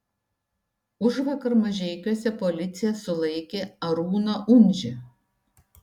užvakar mažeikiuose policija sulaikė arūną undžį